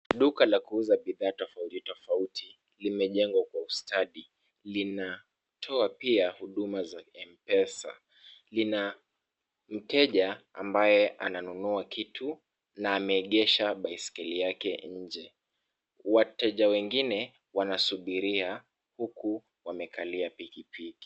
Duka la kuuza bidhaa tofauti tofauti limejengwa kwa ustadi. Linatoa pia huduma za M-pesa. Lina mteja ambaye ananunua kitu na ameegesha baiskeli yake nje. Wateja wengine wanasubiria huku wamekalia pikipiki.